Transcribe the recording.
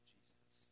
Jesus